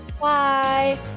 Bye